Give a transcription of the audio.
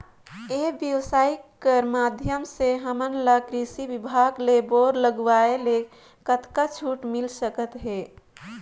ई व्यवसाय कर माध्यम से हमन ला कृषि विभाग ले बोर लगवाए ले कतका छूट मिल सकत हे?